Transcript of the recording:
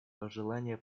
пожелание